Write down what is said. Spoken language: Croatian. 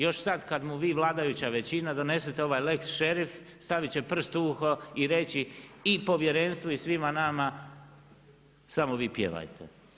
Još sad kad mu vi vladajuća većina donesete ovaj lex šerif, staviti će prst u uho i reći i povjerenstvu i svima nama, samo vi pjevajte.